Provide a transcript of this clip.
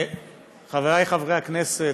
חבריי חברי הכנסת,